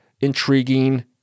Intriguing